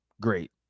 great